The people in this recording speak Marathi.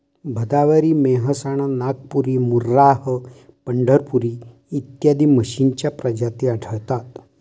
भदावरी, मेहसाणा, नागपुरी, मुर्राह, पंढरपुरी इत्यादी म्हशींच्या प्रजाती आढळतात